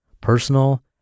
personal